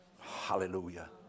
Hallelujah